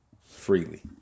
freely